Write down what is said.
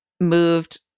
moved